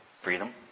freedom